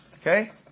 Okay